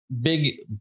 big